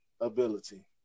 ability